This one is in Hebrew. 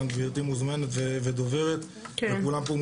גם גברתי מוזמנת ודוברת וכולם פה מוזמנים,